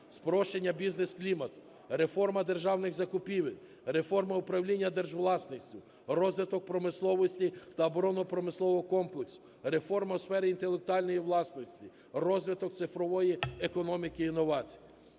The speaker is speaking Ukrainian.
спрощення бізнес-клімату, реформа державних закупівель, реформа управління держвласністю, розвиток промисловості та оборонно-промислового комплексу, реформа в сфері інтелектуальної власності, розвиток цифрової економіки і новацій.